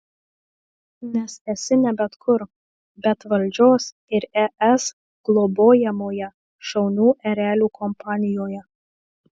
nes esi ne bet kur bet valdžios ir es globojamoje šaunių erelių kompanijoje